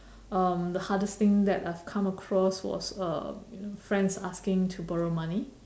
um the hardest thing that I've come across was uh you know friends asking to borrow money